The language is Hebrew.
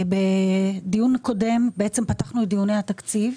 בדיון הקודם פתחנו את דיוני התקציב.